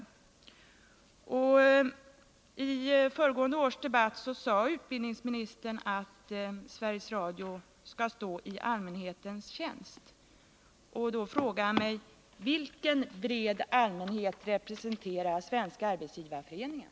I föregående års debatt sade utbildningsministern att Sveriges Radio skall stå i allmänhetens tjänst. Vilken bred allmänhet representerar Svenska arbetsgivareföreningen?